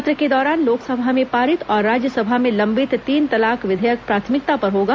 सत्र के दौरान लोकसभा में पारित और राज्यसभा में लंबित तीन तलाक विधेयक प्राथमिकता पर होगा